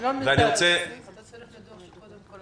הישיבה ננעלה